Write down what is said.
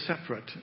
separate